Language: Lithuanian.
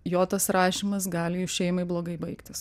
jo tas rašymas gali jų šeimai blogai baigtis